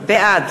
בעד